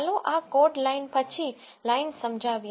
ચાલો આ code line પછી લાઈન સમજાવીએ